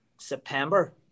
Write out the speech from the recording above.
September